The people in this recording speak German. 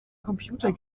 computer